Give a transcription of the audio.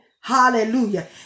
Hallelujah